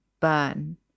burn